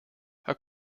herr